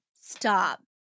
Stop